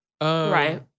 Right